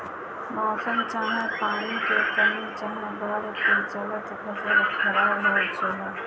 मौसम चाहे पानी के कमी चाहे बाढ़ के चलते फसल खराब हो जला